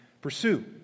pursue